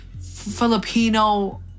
Filipino